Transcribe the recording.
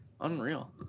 Unreal